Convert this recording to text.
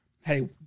hey